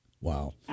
Wow